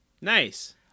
nice